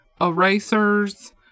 erasers